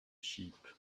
sheep